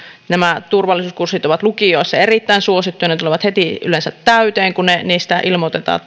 nämä turvallisuuskurssit ovat lukioissa erittäin suosittuja ne tulevat yleensä heti täyteen kun niistä ilmoitetaan